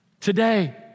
Today